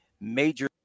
major